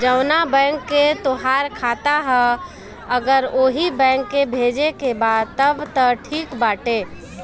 जवना बैंक के तोहार खाता ह अगर ओही बैंक में भेजे के बा तब त ठीक बाटे